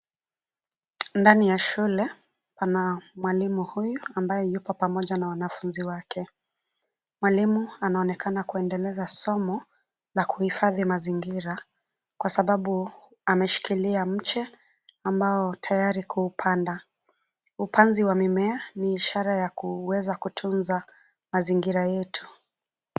Ndani ya shule, pana mwalimu huyu, ambaye yupo pamoja na wanafunzi wake. Mwalimu anaonekana kuendeleza somo la kuhifadhi mazingira, kwa sababu, ameshikilia mche ambao, tayari kuupanda. Upanzi wa mimea, ni ishara ya kuweza kutunza, mazingira yetu.